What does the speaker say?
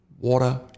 Water